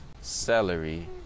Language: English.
celery